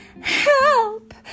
Help